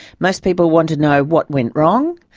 most people want to know what went wrong,